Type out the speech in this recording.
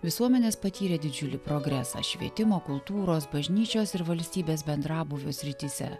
visuomenės patyrė didžiulį progresą švietimo kultūros bažnyčios ir valstybės bendrabūvio srityse